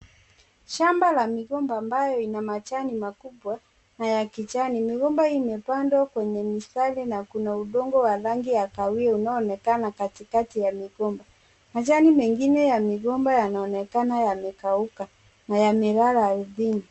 Shamba la migomba ambayo ina majani makubwa na ya kijani, migomba hii imepandwa kwenye mistari na kuna udongo wa rangi ya kahawia unaoonekana katikati ya migomba, majani mengine ya migomba yanaonekana yamekauka na yamelala ardhini.